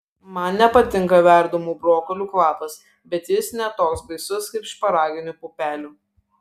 man nepatinka verdamų brokolių kvapas bet jis ne toks baisus kaip šparaginių pupelių